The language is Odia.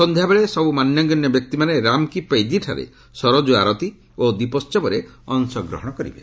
ସନ୍ଧ୍ୟାବେଳେ ସବୁ ମାନ୍ୟଗଣ୍ୟ ବ୍ୟକ୍ତିମାନେ ରାମ୍ କୀ ପୈଦି ଠାରେ ସରଜ୍ ଆରତୀ ଓ ଦୀପୋହବରେ ଅଂଶଗ୍ରହଣ କରିବେ